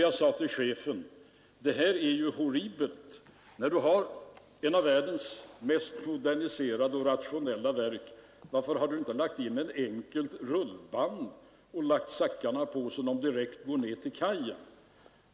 Jag sade till chefen att det här är ju horribelt: När du har en av världens mest moderniserade och rationella fabriker, varför har du då inte lagt in ett enkelt rullband att lägga säckarna på så att de går direkt ner till kajen?